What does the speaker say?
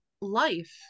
life